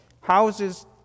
houses